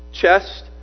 chest